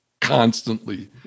constantly